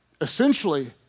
Essentially